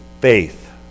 faith